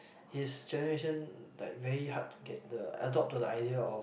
his generation like very hard to get the adopt to the idea of